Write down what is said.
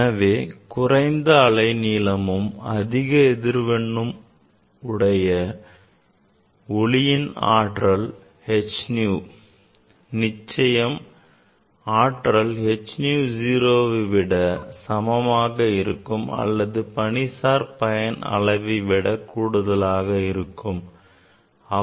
எனவே குறைந்த அலை நீளமும் அதிக அதிர்வெண்ணும் உடைய ஒளியின் ஆற்றல் h nu நிச்சயம் ஆற்றல் h nu 0 விட கூடுதலாக இருக்கும் அல்லது பணிசார் பயன் அளவை விட கூடுதலாக இருக்கும்